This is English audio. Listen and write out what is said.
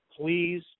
please